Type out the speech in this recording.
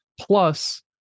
Plus